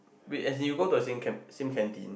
wait as in you go to the same can~ same canteen